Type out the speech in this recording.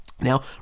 Now